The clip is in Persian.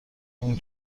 این